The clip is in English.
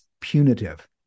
punitive